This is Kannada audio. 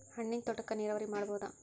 ಹಣ್ಣಿನ್ ತೋಟಕ್ಕ ನೀರಾವರಿ ಮಾಡಬೋದ?